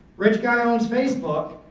rich guy owns facebook.